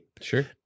Sure